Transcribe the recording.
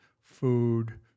food